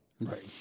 Right